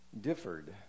differed